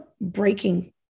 breaking